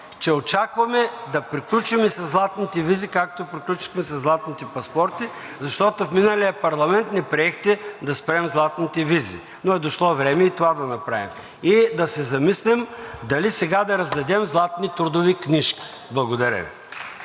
че очакваме да приключим със златните визи както приключихме със златните паспорти, защото в миналия парламент не приехте да спрем златните визи, но е дошло време и това да направим, и да се замислим дали сега да раздадем златни трудови книжки. Благодаря Ви.